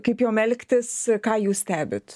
kaip jom elgtis ką jūs stebit